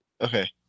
okay